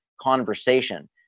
conversation